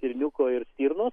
stirniuko ir stirnos